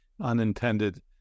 unintended